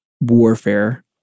warfare